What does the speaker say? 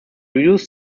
reduced